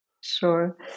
Sure